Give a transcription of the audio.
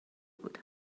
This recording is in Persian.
بود